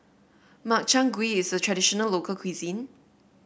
Makchang Gui is a traditional local cuisine